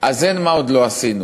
אז אין "מה עוד לא עשינו".